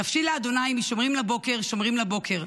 נפשי לה', משֹמרים לבֹקר שֹמרים לבֹקר.